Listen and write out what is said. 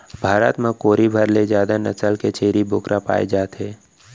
भारत म कोरी भर ले जादा नसल के छेरी बोकरा पाए जाथे